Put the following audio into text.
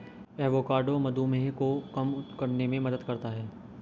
avocado मधुमेह को कम करने में मदद करता है